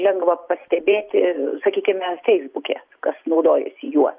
lengva pastebėti sakykime feisbuke kas naudojosi juo